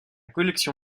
collection